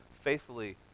faithfully